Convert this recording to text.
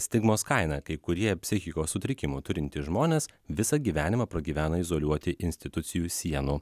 stigmos kaina kai kurie psichikos sutrikimų turintys žmonės visą gyvenimą pragyvena izoliuoti institucijų sienų